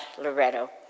Loretto